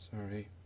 sorry